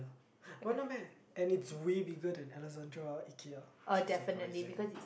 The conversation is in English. random meh and it's way bigger than Alexandra Ikea which is surprising